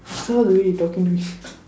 I saw the way you talking to me